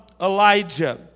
Elijah